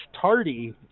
Tardy